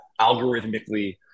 algorithmically